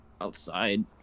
outside